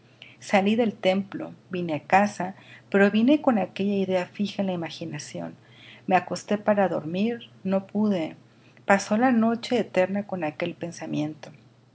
salí del templo vine á casa pero vine con aquella idea fija en la imaginación me acosté para dormir no pude pasó la noche eterna con aquel pensamiento